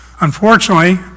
Unfortunately